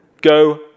go